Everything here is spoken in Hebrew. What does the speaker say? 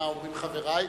מה אומרים חברי.